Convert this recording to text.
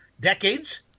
decades